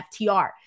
ftr